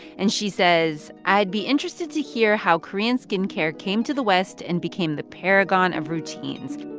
and she says, i'd be interested to hear how korean skin care came to the west and became the paragon of routines